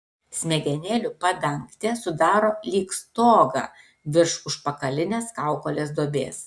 smegenėlių padangtė sudaro lyg stogą virš užpakalinės kaukolės duobės